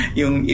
yung